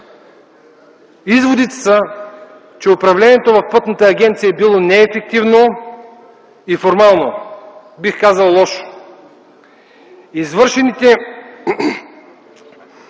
изводите са, че управлението в Пътната агенция е било неефективно и формално, бих казал – лошо. Вземаните